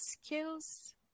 skills